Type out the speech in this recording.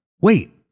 wait